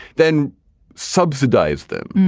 then subsidize them,